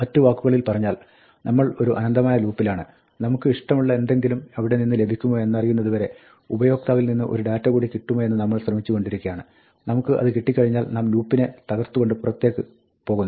മറ്റു വാക്കുകളിൽ പറഞ്ഞാൽ നമ്മൾ ഒരു അനന്തമായ ലൂപ്പിലാണ് നമുക്ക് ഇഷ്ടമുള്ള എന്തെങ്കിലും അവിടെ നിന്ന് ലഭിക്കുമോ എന്നറിയുന്നത് വരെ ഉപയോക്താവിൽ നിന്ന് ഒരു ഡാറ്റ കൂടി കിട്ടുമോ എന്ന് നമ്മൾ ശ്രമിച്ചുകൊണ്ടിരിക്കുകയാണ് നമുക്ക് അത് കിട്ടിക്കഴിഞ്ഞാൽ നാം ലൂപ്പിനെ തകർത്തുകൊണ്ട് പുറത്തേക്ക് പോകുന്നു